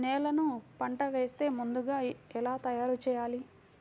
నేలను పంట వేసే ముందుగా ఎలా తయారుచేయాలి?